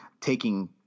taking